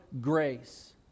grace